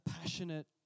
passionate